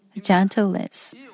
gentleness